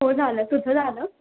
हो झालं तुझं झालं